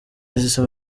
zisaba